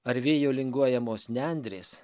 ar vėjo linguojamos nendrės